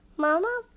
Mama